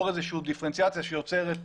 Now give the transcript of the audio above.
אנחנו משאירים את